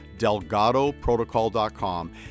delgadoprotocol.com